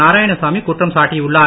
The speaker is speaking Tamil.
நாராயணசாமி குற்றம் சாட்டியுள்ளார்